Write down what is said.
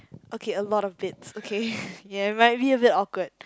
okay a lot of bits okay ya it might be a bit awkward